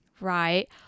Right